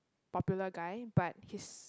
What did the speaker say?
popular guy but his